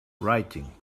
writing